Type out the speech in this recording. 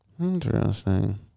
Interesting